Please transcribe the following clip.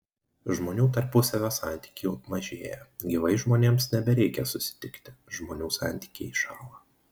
žmonių tarpusavio santykių mažėja gyvai žmonėms nebereikia susitikti žmonių santykiai šąla